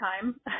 time